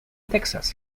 texas